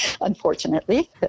unfortunately